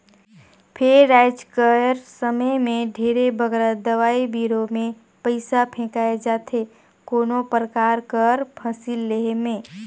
फेर आएज कर समे में ढेरे बगरा दवई बीरो में पइसा फूंकाए जाथे कोनो परकार कर फसिल लेहे में